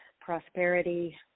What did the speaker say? prosperity